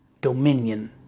dominion